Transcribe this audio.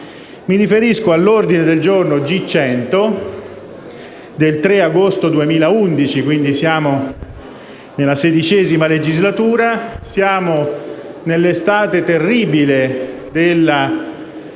Mi riferisco all'ordine del giorno G100 del 3 agosto 2011, quindi nella XVI legislatura; nell'estate terribile della